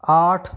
आठ